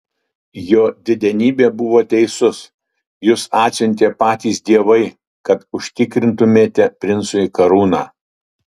jo didenybė buvo teisus jus atsiuntė patys dievai kad užtikrintumėte princui karūną